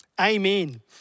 Amen